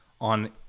on